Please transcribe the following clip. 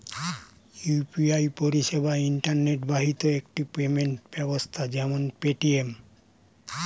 UPI পরিষেবা internet বাহিত একটি পেমেন্ট ব্যবস্থা যেমন পেটিএম